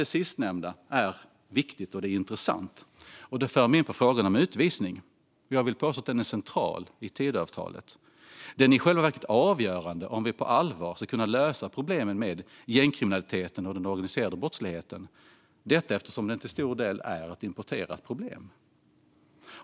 Det sistnämnda är viktigt och intressant, och det för mig in på frågan om utvisning, som jag påstår är central i Tidöavtalet. Det är i själva verket avgörande om vi på allvar ska kunna lösa problemet med gängkriminaliteten och den organiserade brottsligheten - detta eftersom det till stor del är ett importerat problem.